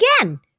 again